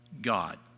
God